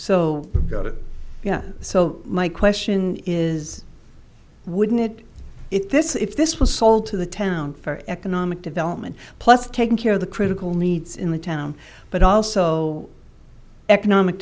it yeah so my question is wouldn't it if this if this was sold to the town for economic development plus taking care of the critical needs in the town but also economic